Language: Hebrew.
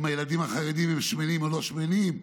אם הילדים החרדים הם שמנים לא שמנים,